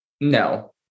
No